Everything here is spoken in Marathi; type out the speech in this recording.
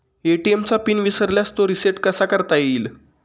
ए.टी.एम चा पिन विसरल्यास तो रिसेट कसा करता येईल?